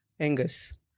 Angus